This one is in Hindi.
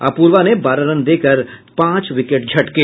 अर्पूवा ने बारह रन देकर पांच विकेट झटके